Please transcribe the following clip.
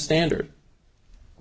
standard